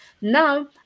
Now